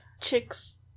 chick's